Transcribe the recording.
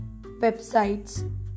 websites